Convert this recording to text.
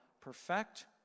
perfect